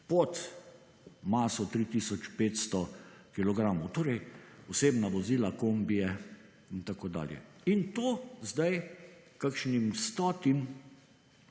500 kilogramov, torej osebna vozila, kombije in tako dalje. In to zdaj kakšnim stotim